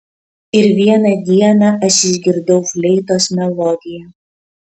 ir vieną dieną aš išgirdau fleitos melodiją